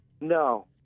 no